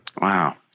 Wow